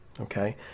Okay